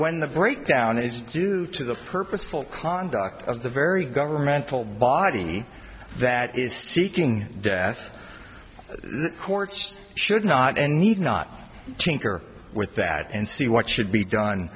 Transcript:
when the breakdown is due to the purposeful conduct of the very governmental body that is seeking death courts should not and need not think or with that and see what should be done